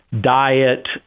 diet